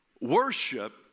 worship